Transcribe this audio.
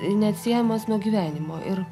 neatsiejamas nuo gyvenimo ir